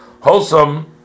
Wholesome